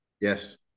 Yes